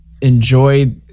enjoy